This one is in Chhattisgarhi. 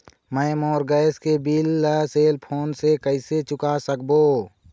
मैं मोर गैस के बिल ला सेल फोन से कइसे चुका सकबो?